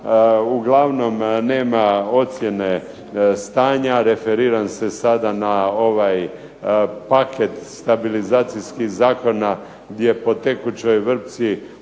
uglavnom nema ocjene stanja, referiram se sada na ovaj paket stabilizacijskih zakona gdje po tekućoj vrpci ukidamo